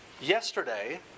yesterday